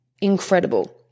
incredible